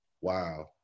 wow